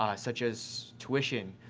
um such as tuition,